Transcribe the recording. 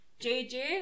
JJ